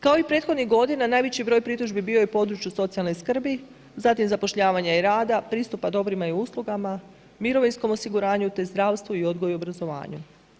Kao i prethodnih godina najveći broj pritužbi bio je u području socijalne skrbi, zatim zapošljavanja i rada, pristupa dobrima i uslugama, mirovinskom osiguranju te zdravstvu i odgoju i obrazovanju.